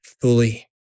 fully